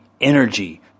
energy